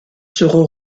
seront